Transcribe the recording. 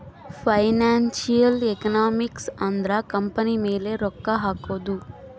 financial economics ಅಂದ್ರ company ಮೇಲೆ ರೊಕ್ಕ ಹಕೋದು